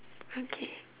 okay